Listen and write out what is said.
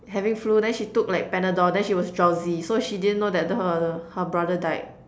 having flu then she took like Panadol then she was drowsy so she didn't know that her her brother died